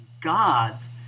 gods